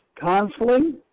counseling